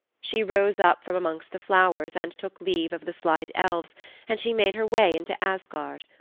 she rose up from amongst the flowers and took leave of the slight elves and she made her way into asgard.